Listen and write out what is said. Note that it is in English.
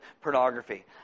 pornography